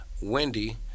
Wendy